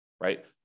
right